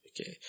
okay